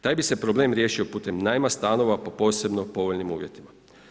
Taj bi se problem riješio putem najma stanova po posebno povoljnim uvjetima.